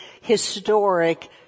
historic